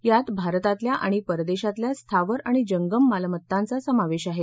यात भारतातल्या आणि परदेशातल्या स्थावर आणि जंगम मालमत्तांचा समावेश आहे